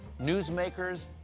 newsmakers